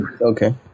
okay